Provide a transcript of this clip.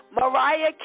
Mariah